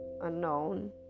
unknown